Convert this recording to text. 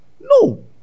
No